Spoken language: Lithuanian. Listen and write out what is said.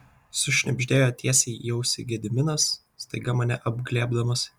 sušnibždėjo tiesiai į ausį gediminas staiga mane apglėbdamas